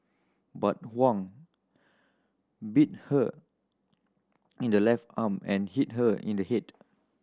but Huang bit her in the left arm and hit her in the head